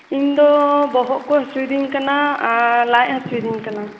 ᱤᱧ ᱫᱚ ᱵᱚᱦᱚᱜ ᱠᱚ ᱦᱟᱥᱩᱧ ᱠᱟᱱᱟ ᱟᱨ ᱞᱟᱡ ᱦᱟᱥᱩᱭᱤᱫᱤᱧ ᱠᱟᱱᱟ